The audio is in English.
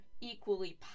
equally